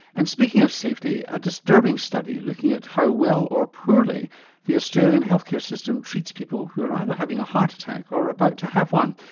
and speaking of safety, a disturbing study looking at how well or poorly the australian healthcare system treats people who are either having a heart attack or about to have one.